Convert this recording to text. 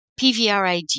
PVRIG